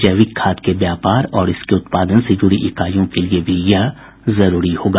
जैविक खाद के व्यापर और इसके उत्पादन से जुड़ी इकाईयों के लिए भी यह जरूरी होगा